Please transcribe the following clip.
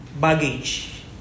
baggage